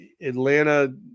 Atlanta